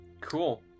Cool